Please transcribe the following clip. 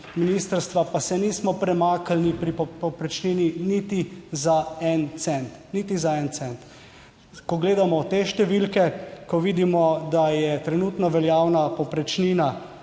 ministrstva, pa se nismo premaknili pri povprečnini niti za en cent, niti za en cent. Ko gledamo te številke, ko vidimo, da je trenutno veljavna povprečnina